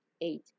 eight